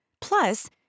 Plus